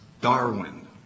Darwin